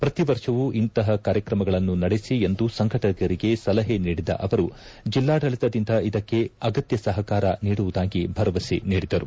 ಪ್ರತಿವರ್ಷವೂ ಇಂತಹ ಕಾರ್ಯಕ್ರಮಗಳನ್ನು ನಡೆಸಿ ಎಂದು ಸಂಘಟಕರಿಗೆ ಸಲಹೆ ನೀಡಿದ ಅವರು ಜಿಲ್ಲಾಡಳಿತದಿಂದ ಇದಕ್ಕೆ ಅಗತ್ತ ಸಹಕಾರ ನೀಡುವುದಾಗಿ ಭರವಸೆ ನೀಡಿದರು